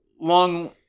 long